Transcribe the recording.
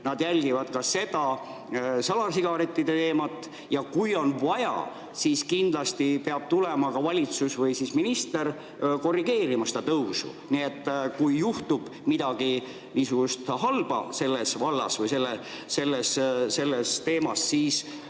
nad jälgivad ka salasigarettide teemat ja kui on vaja, siis kindlasti peab tulema valitsus või minister korrigeerima seda tõusu. Nii et kui juhtub midagi niisugust halba selles vallas või selles teemas, siis